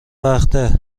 وقته